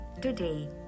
today